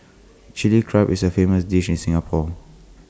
Chilli Crab is A famous dish in Singapore